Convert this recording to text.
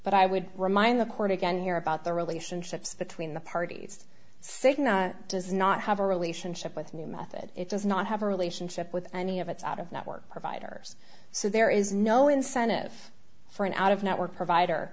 but i would remind the court again here about the relationships between the parties saying that does not have a relationship with a new method it does not have a relationship with any of its out of network providers so there is no incentive for an out of network provider